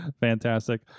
fantastic